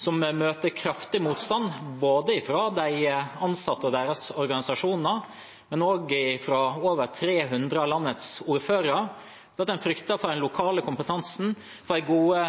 som møter kraftig motstand fra både de ansatte og deres organisasjoner og over 300 av landets ordførere. En frykter for den lokale kompetansen og de gode,